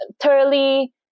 thoroughly